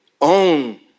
Own